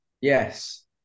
yes